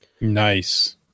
Nice